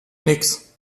nix